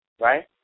right